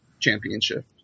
championship